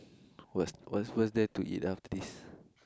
what's what's what's there to eat after this